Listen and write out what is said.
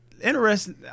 interesting